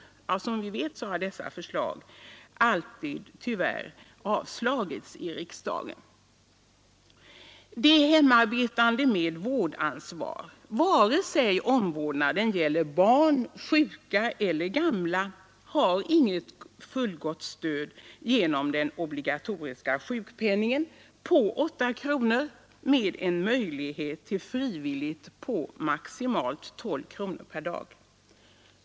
Som vi vet har dessa förslag tyvärr alltid avslagits av riksdagen. De hemarbetande med vårdansvar — vare sig omvårdnaden gäller barn, sjuka eller gamla — har inget fullgott skydd genom den obligatoriska sjukpenningen på 8 kronor med möjlighet till frivillig sjukpenning på maximalt 12 kronor per dag.